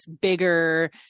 bigger